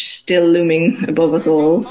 still-looming-above-us-all